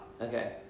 okay